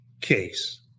case